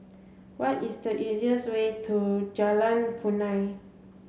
what is the easiest way to Jalan Punai